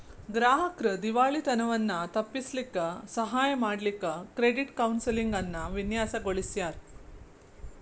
ಗ್ರಾಹಕ್ರ್ ದಿವಾಳಿತನವನ್ನ ತಪ್ಪಿಸ್ಲಿಕ್ಕೆ ಸಹಾಯ ಮಾಡ್ಲಿಕ್ಕೆ ಕ್ರೆಡಿಟ್ ಕೌನ್ಸೆಲಿಂಗ್ ಅನ್ನ ವಿನ್ಯಾಸಗೊಳಿಸ್ಯಾರ್